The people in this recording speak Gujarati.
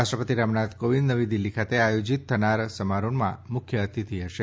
રાષ્ટ્રપતિ રામનાથ કોંવિદ નવી દિલ્હી ખાતે આયોજીત થનાર સમારોહનાં મુખ્ય અતિથી હશે